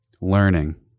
learning